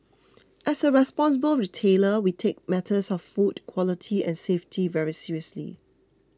as a responsible retailer we take matters of food quality and safety very seriously